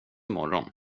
morgon